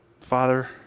Father